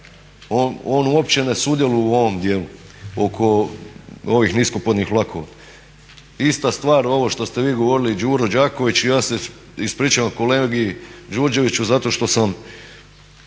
on uopće ne sudjeluje u ovom dijelu oko ovih niskopodnih vlakova. Ista stvar ovo što ste vi govorili Đuro Đaković, ja se ispričavam kolegi Đuroviću zato što sam